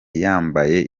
yambaye